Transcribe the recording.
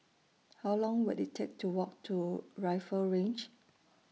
How Long Will IT Take to Walk to Rifle Range